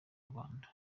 rwanda